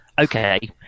Okay